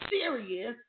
serious